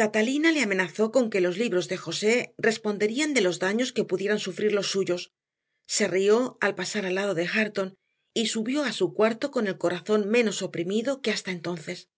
catalina le amenazó con que los libros de josé responderían de los daños que pudieran sufrir los suyos se rió al pasar al lado de hareton y subió a su cuarto con el corazón menos oprimido que hasta entonces